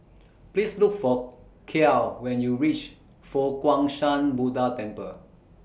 Please Look For Kiel when YOU REACH Fo Guang Shan Buddha Temple